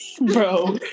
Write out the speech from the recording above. bro